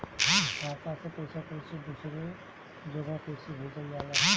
खाता से पैसा कैसे दूसरा जगह कैसे भेजल जा ले?